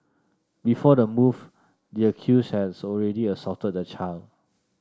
before the move the accused had already assaulted the child